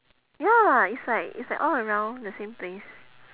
ya it's like it's like all around the same place